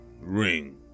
ring